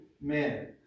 man